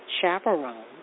Chaperone